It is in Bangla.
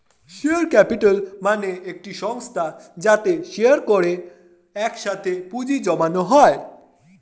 শেয়ার ক্যাপিটাল মানে একটি সংস্থা যাতে শেয়ার করে একসাথে পুঁজি জমানো হয়